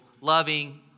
loving